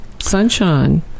sunshine